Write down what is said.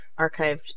archived